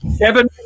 Kevin